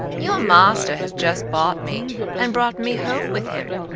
your master has just bought me and brought me home with him.